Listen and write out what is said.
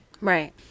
right